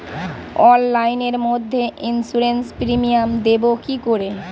অনলাইনে মধ্যে insurance premium দেবো কি করে?